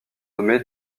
nommé